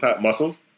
muscles